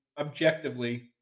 objectively